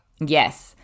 Yes